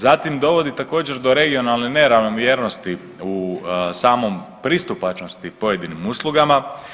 Zatim dovodi također do regionalne neravnomjernosti u samom pristupačnosti pojedinim uslugama.